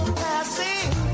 passing